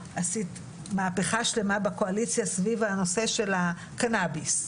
עשית מהפיכה שלמה בקואליציה סביב הנושא של הקנביס.